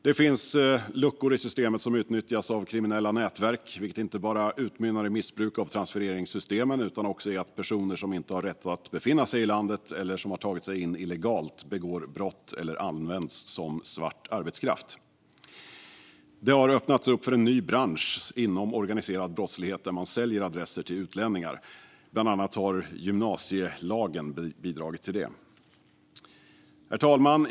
Det finns luckor i systemet som utnyttjas av kriminella nätverk, vilket utmynnar inte bara i missbruk av transfereringssystemen utan också i att personer som inte har rätt att befinna sig i landet eller har tagit sig in illegalt begår brott eller används som svart arbetskraft. Det har öppnats upp för en ny bransch inom organiserad brottslighet där man säljer adresser till utlänningar. Bland annat gymnasielagen har bidragit till det. Herr talman!